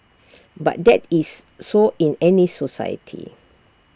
but that is so in any society